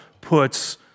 puts